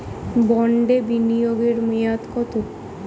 বন্ডে বিনিয়োগ এর মেয়াদ কত?